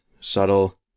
subtle